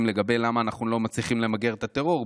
לגבי למה אנחנו לא מצליחים למגר את הטרור,